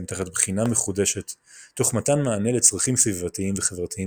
תחת בחינה מחודשת תוך מתן מענה לצרכים סביבתיים וחברתיים